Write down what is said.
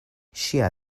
ŝia